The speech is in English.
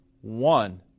one